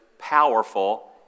powerful